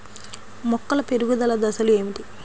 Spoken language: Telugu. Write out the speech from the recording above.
మొక్కల పెరుగుదల దశలు ఏమిటి?